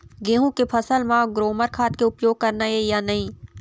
गेहूं के फसल म ग्रोमर खाद के उपयोग करना ये या नहीं?